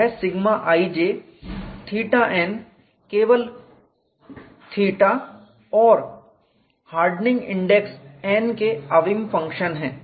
वह σij θ n केवल कोण एंगल θ और हार्डनिंग इंडेक्स n के अविम डाइमेंशनलेस फंक्शन है